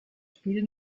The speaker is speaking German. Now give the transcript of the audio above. spiel